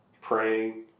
praying